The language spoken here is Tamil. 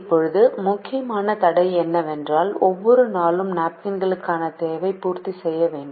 இப்போது முக்கியமான தடை என்னவென்றால் ஒவ்வொரு நாளும் நாப்கின்களுக்கான தேவையை பூர்த்தி செய்ய வேண்டும்